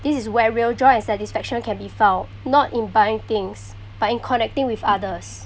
this is where real joy and satisfaction can be found not in buying things but in connecting with others